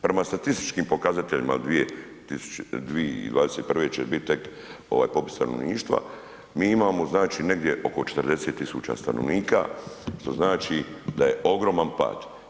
Prema statističkim pokazateljima od 2021. će bit tek ovaj popis stanovništva, mi imamo znači negdje oko 40.000 stanovnika što znači da je ogroman pad.